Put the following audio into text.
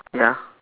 ya